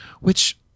Which-